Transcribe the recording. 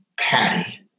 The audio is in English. Patty